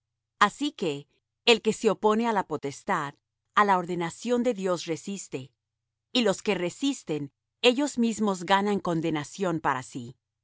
asi que el que se opone á la potestad á la ordenación de dios resiste y los que resisten ellos mismos ganan condenación para sí